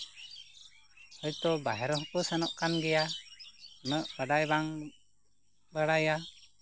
ᱦᱳᱭᱛᱚ ᱵᱟᱨᱦᱮ ᱦᱚᱸᱠᱚ ᱥᱮᱱᱟᱜ ᱠᱟᱱᱜᱮᱭᱟ ᱩᱱᱟᱹᱜ ᱵᱟᱰᱟᱭ ᱵᱟᱝ ᱵᱟᱲᱟᱭᱟ